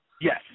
yes